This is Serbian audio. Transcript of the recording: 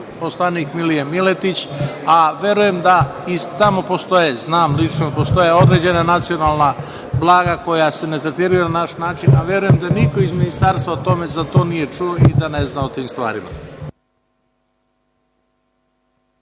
poslanik Milija Miletić, a verujem da i tamo postoje, znam lično da postoje određena nacionalna blaga koja se ne tretiraju na naš način, a verujem da niko iz ministarstva za to nije čuo i da ne zna o tim stvarima.